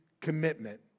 commitment